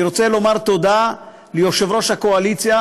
אני רוצה לומר תודה ליושב-ראש הקואליציה,